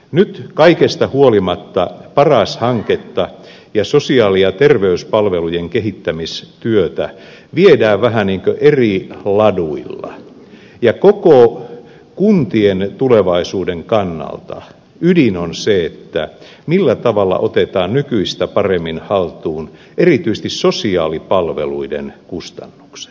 nyt kaikesta huolimatta paras hanketta ja sosiaali ja terveyspalvelujen kehittämistyötä viedään vähän niin kuin eri laduilla ja koko kuntien tulevaisuuden kannalta ydin on se millä tavalla otetaan nykyistä paremmin haltuun erityisesti sosiaalipalveluiden kustannukset